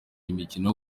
imikino